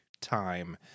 time